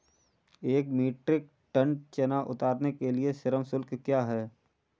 एक metric ton चना उतारने के लिए श्रम शुल्क क्या है?